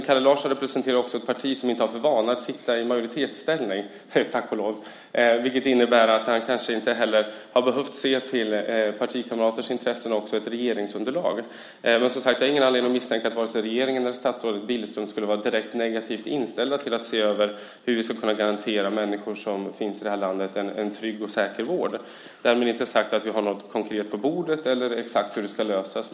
Kalle Larsson representerar ett parti som inte har för vana att sitta i majoritetsställning, tack och lov, vilket innebär att han kanske inte har behövt se till partikamraters intressen och ett regeringsunderlag. Jag har, som sagt, ingen anledning att misstänka att vare sig regeringen eller statsrådet Billström skulle vara direkt negativt inställda till att se över hur vi ska kunna garantera människor i det här landet en trygg och säker vård. Därmed inte sagt att vi har något konkret på bordet eller kan säga exakt hur det ska lösas.